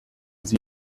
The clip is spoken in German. sie